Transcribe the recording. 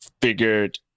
figured